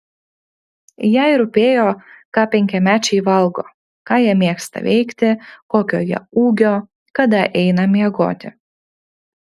jai rūpėjo ką penkiamečiai valgo ką jie mėgsta veikti kokio jie ūgio kada eina miegoti